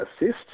Assist